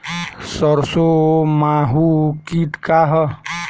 सरसो माहु किट का ह?